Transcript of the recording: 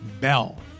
Bell